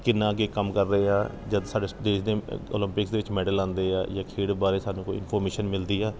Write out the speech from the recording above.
ਕਿੰਨਾ ਕੁ ਕੰਮ ਕਰ ਰਹੇ ਆ ਜਦ ਸਾਡੇ ਦੇਸ਼ ਦੇ ਓਲੰਪਿਕਸ ਦੇ ਵਿੱਚ ਮੈਡਲ ਆਉਂਦੇ ਆ ਜਾਂ ਖੇਡ ਬਾਰੇ ਸਾਨੂੰ ਕੋਈ ਇਨਫੋਰਮੇਸ਼ਨ ਮਿਲਦੀ ਆ